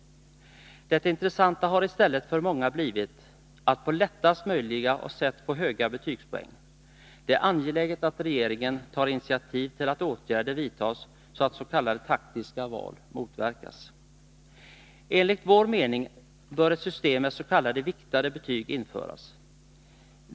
Det intressanta har i stället för många blivit att på lättaste möjliga sätt få höga betygspoäng. Det är angeläget att regeringen tar initiativ till att åtgärder vidtas så att s.k. taktiska val motverkas. Enligt vår mening bör ett system med s.k. viktade betyg införas.